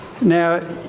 Now